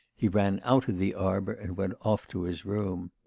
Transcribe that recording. he ran out of the arbour and went off to his room.